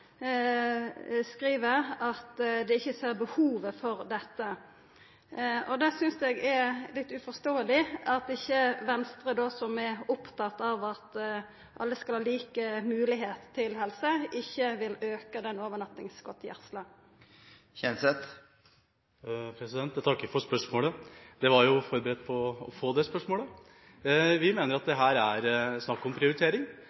skriv at dei ikkje ser behovet for dette. Eg synest det er litt uforståeleg at Venstre, som er opptatt av at alle skal ha like moglegheiter til helse, ikkje vil auka overnattingsgodtgjersla. Jeg takker for spørsmålet. Jeg var forberedt på å få det spørsmålet. Vi mener at det her er snakk om prioritering.